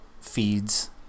feeds